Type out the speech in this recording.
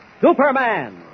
Superman